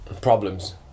problems